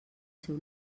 seu